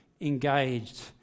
engaged